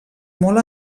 molt